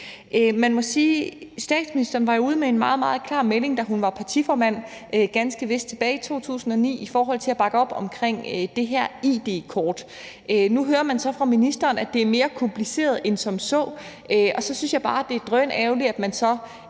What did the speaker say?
statsministeren jo var ude med en meget, meget klar melding, da hun var partiformand, ganske vist tilbage i 2009, i forhold til at bakke op om det her id-kort. Nu hører man så fra ministeren, at det er mere kompliceret end som så, og så synes jeg bare, det er drønærgerligt, at man i